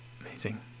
amazing